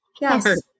Yes